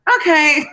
okay